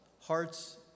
hearts